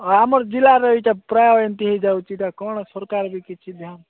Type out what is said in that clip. ଆଉ ଆମ ଜିଲ୍ଲାରେ ଏଇଟା ପ୍ରାୟ ଏମିତି ହୋଇଯାଉଛି ଏଇଟା କ'ଣ ସରକାର ବି କିଛି ଧ୍ୟାନ